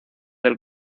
del